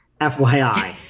FYI